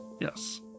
Yes